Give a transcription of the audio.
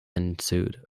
ensued